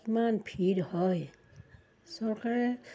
কিমান ভিৰ হয় চৰকাৰে